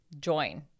join